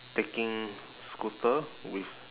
taking scooter with